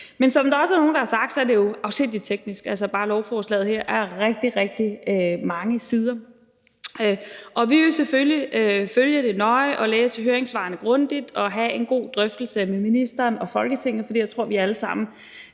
Men som der også er nogle, der har sagt, er det jo afsindig teknisk. Altså, bare lovforslaget her er på rigtig, rigtig mange sider. Vi vil selvfølgelig følge det nøje og læse høringssvarene grundigt og have en god drøftelse med ministeren og Folketinget, for jeg tror, vi alle sammen